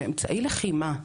באמצעי לחימה,